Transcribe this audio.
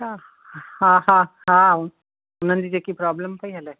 अच्छा हा हा हा हुननि जी जेकी प्रोब्लम पई हले